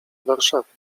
warszawie